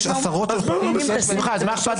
יש עשרות חוקים --- שמחה, מה אכפת